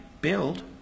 build